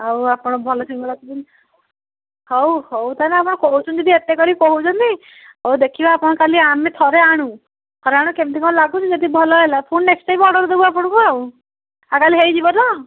ଆଉ ଆପଣ ଭଲ ସିଙ୍ଗଡ଼ା କରୁଛନ୍ତି ହଉ ହଉ ଆପଣ କହୁଛନ୍ତି ଯଦି ଏତେ କରି କହୁଛନ୍ତି ହଉ ଦେଖିବା ଆପଣ କାଲି ଆମେ ଥରେ ଆଣୁ ଥରେ ଆଣୁ କେମିତି କଣ ଲାଗୁଛି ଯଦି ଭଲ ହେଲା ପୁଣି ନେକ୍ସଟ୍ ଟାଇମ୍ ଅର୍ଡ଼ର ଦେବୁ ଆପଣଙ୍କୁ ଆଉ ଆ କାଲି ହେଇଯିବ ତ